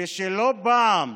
ולא פעם,